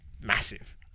massive